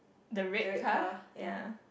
the red car ya